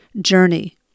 journey